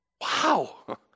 Wow